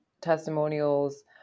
testimonials